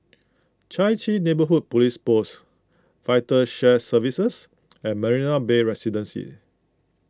Chai Chee Neighbourhood Police Post Vital Shared Services and Marina Bay Residences